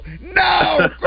no